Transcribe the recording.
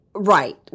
Right